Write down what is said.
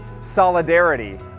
solidarity